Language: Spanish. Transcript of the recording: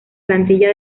plantilla